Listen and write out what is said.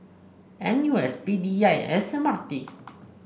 N U S P D I and S M R T